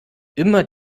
immer